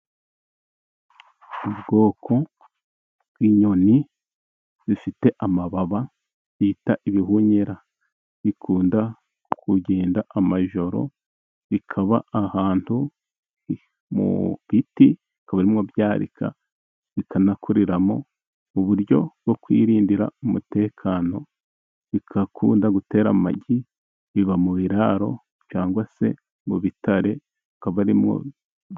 Ubwoko bw'inyoni zifite amababa bita ibihunyira. Bikunda kugenda amajoro, bikaba ahantu mu biti bikaba arimo byarika, bikanakuriramo. Uburyo bwo kwiririndira umutekano. Bigakunda gutera amagi, biba mu biraro cyangwa se mu bitare akaba arimo...